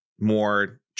more